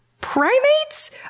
Primates